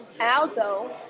Aldo